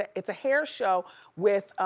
it's a hair show with,